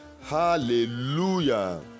Hallelujah